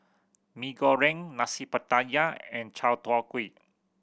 Mee Goreng Nasi Pattaya and chai tow kway